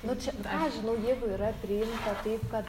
nu čia ką aš žinau jeigu yra priimta taip kad